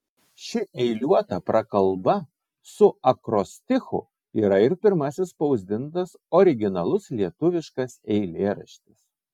ši eiliuota prakalba su akrostichu yra ir pirmasis spausdintas originalus lietuviškas eilėraštis